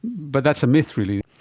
but that's a myth really.